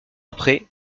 après